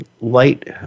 light